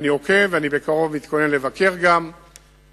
ואני עוקב ואני מתכונן גם בקרוב לבקר ביישובים,